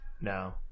No